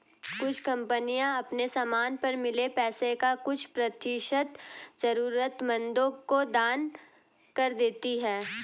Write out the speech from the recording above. कुछ कंपनियां अपने समान पर मिले पैसे का कुछ प्रतिशत जरूरतमंदों को दान कर देती हैं